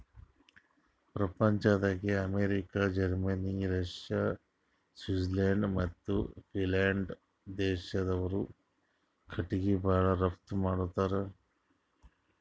ಪ್ರಪಂಚ್ದಾಗೆ America, Germany, Russia, Sweden ಮತ್ತ್ Finland ದೇಶ್ದವ್ರು ಕಟಿಗಿ ಭಾಳ್ ರಫ್ತು ಮಾಡತ್ತರ್